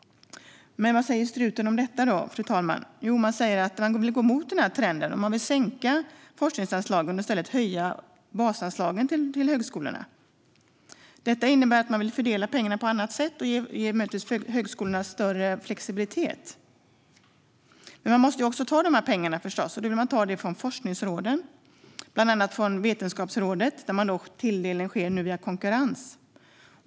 Men vad säger då Struten om detta, fru talman? Jo, man säger att man vill gå emot denna trend, sänka forskningsanslagen och i stället höja basanslagen till högskolorna. Detta innebär att man vill fördela pengarna på annat sätt och ger möjligtvis högskolorna större flexibilitet. Men pengarna måste förstås tas någonstans, och man vill ta dem från forskningsråden, bland annat från Vetenskapsrådet, där tilldelning nu sker genom konkurrens.